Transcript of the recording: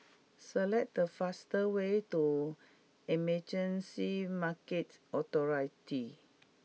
select the fastest way to Emergency Market Authority